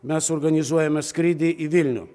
mes organizuojame skrydį į vilnių